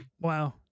Wow